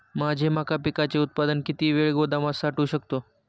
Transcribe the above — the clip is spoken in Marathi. माझे मका पिकाचे उत्पादन किती वेळ गोदामात साठवू शकतो?